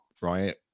right